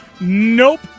nope